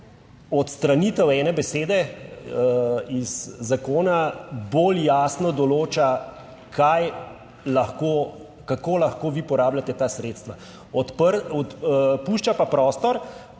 odstranitev ene besede iz zakona bolj jasno določa, kaj lahko, kako lahko vi porabljate ta sredstva, pušča pa prostor,